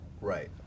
right